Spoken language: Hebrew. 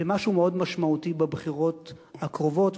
למשהו מאוד משמעותי בבחירות הקרובות,